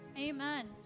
Amen